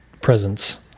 Presence